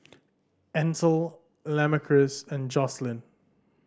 Ansel Lamarcus and Joslyn